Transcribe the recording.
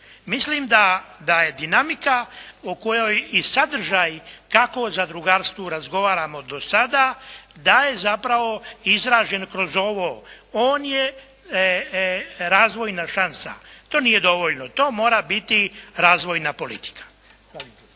Mislim da je dinamika o kojoj i sadržaj kako o zadrugarstvu razgovaramo do sada, da je zapravo izražen kroz ovo, on je razvojna šansa. To nije dovoljno. To mora biti razvojna politika.